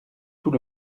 tout